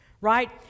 right